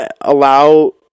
allow